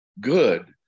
good